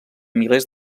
milers